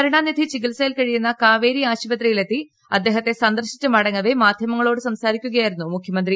കരുണാനിധി ചികിത്സയിൽ കഴിയുന്ന കാവേരി ആശുപത്രിയിലെത്തി അദ്ദേഹത്തെ സന്ദർശിച്ച് മടങ്ങവ മാധ്യമങ്ങളോട് സംസാരിക്കുകയായിരുന്നു മുഖ്യമന്ത്രി